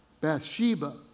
Bathsheba